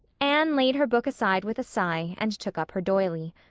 anne laid her book aside with a sigh and took up her doily.